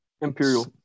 Imperial